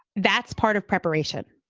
that's part of preparation,